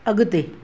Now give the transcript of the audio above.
अगि॒ते